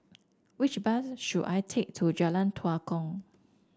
which bus should I take to Jalan Tua Kong